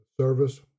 service